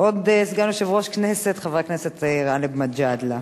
עוד סגן יושב-ראש הכנסת, חבר הכנסת גאלב מג'אדלה.